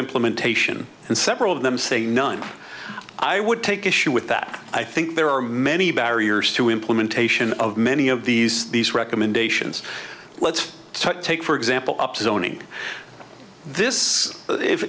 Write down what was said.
implementation and several of them say none i would take issue with that i think there are many barriers to implementation of many of these these recommendations let's take for example up zoning this